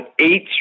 eight